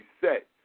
set